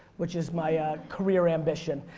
which is my career ambition.